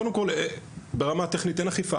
קודם כל ברמה הטכנית אין אכיפה,